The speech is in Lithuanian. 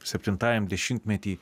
septintajam dešimmety